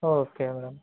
okay madam